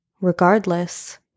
Regardless